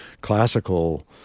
classical